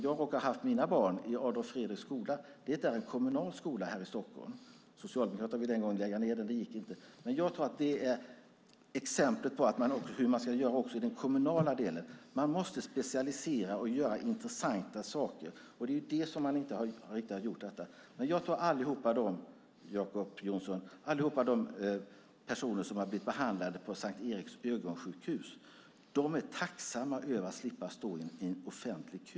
Jag råkar ha haft mina barn i Adolf Fredriks skola som är en kommunal skola här i Stockholm. Socialdemokraterna ville en gång lägga ned den, men det gick inte. Jag tror att det är ett exempel på hur man kan göra i den kommunala delen. Man måste specialisera sig och göra intressanta saker. Det har man inte riktigt gjort. Jag tror också att alla de personer, Jacob Johnson, som har blivit behandlade på Sankt Eriks ögonsjukhus är tacksamma över att slippa stå i en offentlig kö.